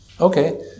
Okay